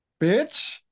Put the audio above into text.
bitch